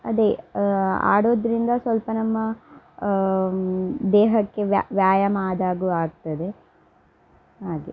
ಅದೇ ಆಡೋದರಿಂದ ಸ್ವಲ್ಪ ನಮ್ಮ ದೇಹಕ್ಕೆ ವ್ಯಾಯಾಮ ಆದಾಗು ಆಗ್ತದೆ ಹಾಗೆ